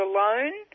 Alone